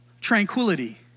tranquility